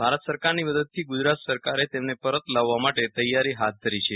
ભારત સરકારની મદદથી ગુજરાત સરકારે તેમને પરત લાવવા માટે તૈયારી હાથ ધરી છે